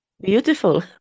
Beautiful